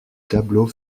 tableau